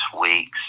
weeks